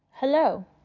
Hello